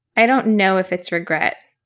i don't know if it's regret.